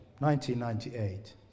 1998